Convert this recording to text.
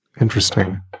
Interesting